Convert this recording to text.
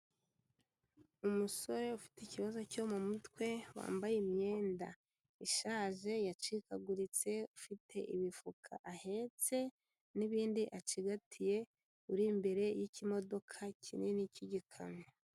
Umusore ufite ikibazo cyo mu mutwe, wambaye imyenda ishaje, yacikaguritse, ufite imifuka ahetse n'ibindi acigatiye, uri imbere y'ikimodoka kinini cy'igikamyo.